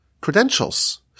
credentials